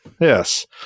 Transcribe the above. Yes